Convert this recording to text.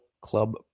Club